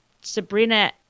Sabrina